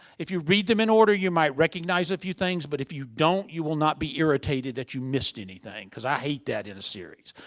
if you read them in order you might recognize a few things, but if you don't, you will not be irritated that you missed anything. cause i hate that in a series.